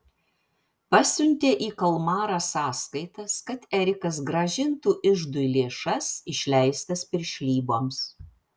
pasiuntė į kalmarą sąskaitas kad erikas grąžintų iždui lėšas išleistas piršlyboms